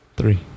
Three